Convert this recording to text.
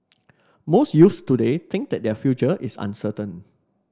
most youths today think that their future is uncertain